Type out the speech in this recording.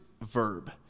verb